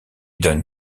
donne